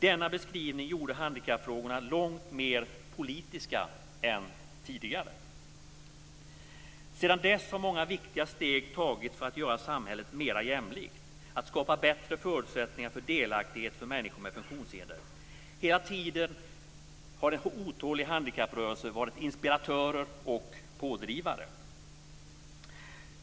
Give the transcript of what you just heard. Denna beskrivning gjorde handikappfrågorna långt mer politiska än de var tidigare. Sedan dess har många viktiga steg tagits för att göra samhället mer jämlikt och skapa bättre förutsättningar för delaktighet för människor med funktionshinder. Hela tiden har en otålig handikapprörelse varit inspiratör och pådrivare.